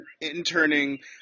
interning